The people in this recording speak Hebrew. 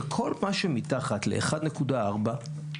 שכל מה שמתחת ל-1.4 זו